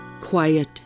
quiet